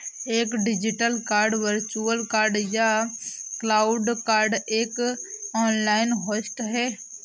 एक digital card virtual card या cloud card एक ऑनलाइन होस्ट है